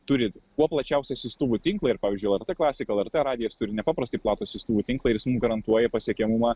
turi kuo plačiausią siųstuvų tinklą ir pavyzdžiui lrt klasika lrt radijas turi nepaprastai platų siųstuvų tinklą ir jis garantuoja pasiekiamumą